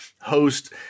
host